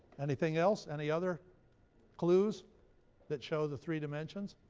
anything else? any other clues that show the three dimensions?